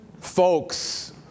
folks